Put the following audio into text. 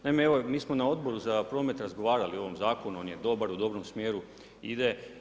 Naime, evo, mi smo na Odboru za promet razgovarali o ovom zakonu, on je dobar, u dobrom smjeru ide.